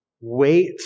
Wait